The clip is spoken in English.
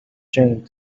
chained